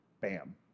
Bam